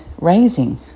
raising